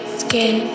skin